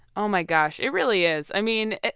oh my gosh. it really is. i mean,